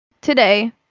today